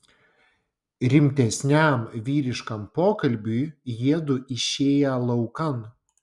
rimtesniam vyriškam pokalbiui jiedu išėję laukan